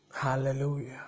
Hallelujah